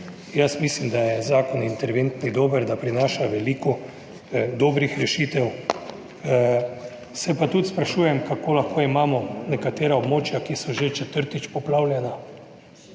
Jaz mislim, da je zakon interventni dober, da prinaša veliko dobrih rešitev. Se pa tudi sprašujem, kako lahko imamo nekatera območja, ki so že četrtič poplavljena